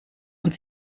und